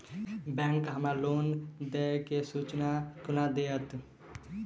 Bank हमरा loan देय केँ सूचना कोना देतय?